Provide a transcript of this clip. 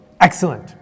Excellent